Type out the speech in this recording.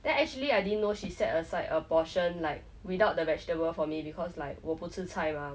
then actually I didn't know she set aside a portion like without the vegetable for me because like 我不吃菜 mah